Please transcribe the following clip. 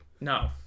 No